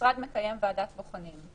כשמשרד מקיים ועדת בוחנים,